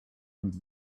und